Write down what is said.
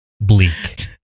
bleak